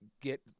get